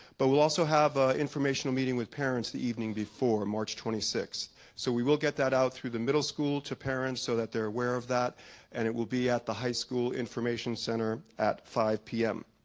but we'll also have ah informational meeting with parents the evening before march twenty six. so we will get that out through the middle school to parents so that they're aware of that and it will be at the high school information center at five zero p m.